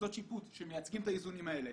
מוסדות שיפוט שמייצגים את האיזונים האלה.